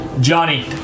Johnny